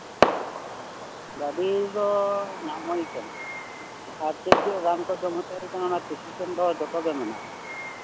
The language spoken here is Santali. ᱜᱟᱹᱰᱤ ᱫᱚ ᱧᱟᱢ ᱦᱩᱭ ᱟᱠᱟᱱᱟ ᱟᱨ ᱪᱮᱫ ᱪᱮᱫ ᱨᱟᱱ ᱠᱚ ᱡᱚᱢ ᱦᱚᱪᱚ ᱦᱩᱭ ᱟᱠᱟᱱᱟ ᱚᱱᱟ ᱯᱨᱮᱥᱠᱨᱤᱯᱥᱚᱱ ᱠᱚ ᱡᱚᱛᱚ ᱜᱮ ᱢᱮᱱᱟᱜᱼᱟ